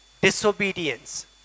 disobedience